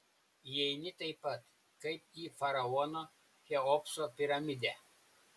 įeini taip pat kaip į faraono cheopso piramidę